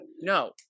No